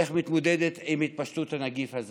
איך היא מתמודדת עם התפשטות הנגיף הזה.